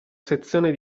selezione